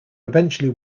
eventually